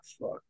fuck